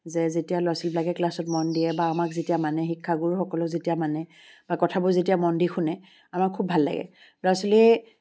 যে যেতিয়া ল'ৰা ছোৱালীবিলাকে ক্লাছত মই দিয়ে বা আমাক যেতিয়া মানে শিক্ষাগুৰুসকলেও যেতিয়া মানে বা কথাবোৰ যেতিয়া মন দি শুনে আমাৰ খুব ভাল লাগে ল'ৰা ছোৱালী